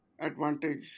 advantage